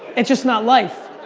it's just not life.